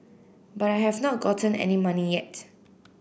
but I have not gotten any money yet